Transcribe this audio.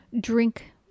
drink